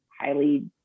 highly